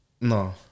No